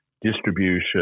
distribution